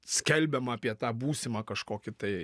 skelbiama apie tą būsimą kažkokį tai